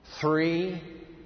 three